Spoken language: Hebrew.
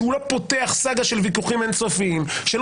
שלא פותח סאגה של ויכוחים אין-סופיים,